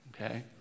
okay